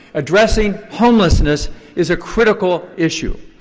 addressing homelessness is a critical issue.